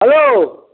hello